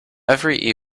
every